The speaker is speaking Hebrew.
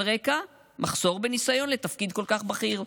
רקע מחסור בניסיון לתפקיד כל כך בכיר.